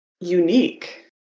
unique